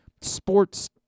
sports